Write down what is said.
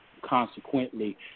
consequently